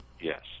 yes